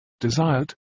desired